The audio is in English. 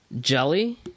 Jelly